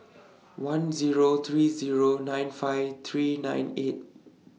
one Zero three Zero nine five three nine eight